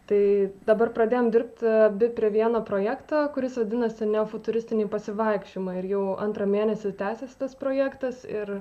tai dabar pradėjom dirbti abi prie vieno projekto kuris vadinasi neofuturistiniai pasivaikščiojimai ir jau antrą mėnesį tęsiasi tas projektas ir